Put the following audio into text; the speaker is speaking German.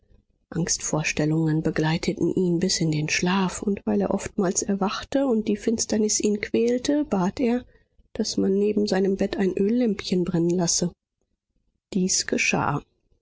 angstvorstellungen begleiteten ihn bis in den schlaf und weil er oftmals erwachte und die finsternis ihn quälte bat er daß man neben seinem bett ein öllämpchen brennen lasse dies geschah